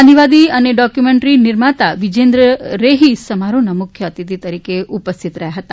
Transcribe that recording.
ગાંધીવાદી અને ડોક્વુમેટરી નિર્માતા વિજેન્દ્ર રેહી સમારોહના મુખ્ય અતિથિ તરીકે ઉપસ્થિત રહ્યાં હતા